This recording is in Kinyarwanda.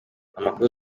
amakuru